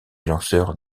lanceur